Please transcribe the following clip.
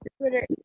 Twitter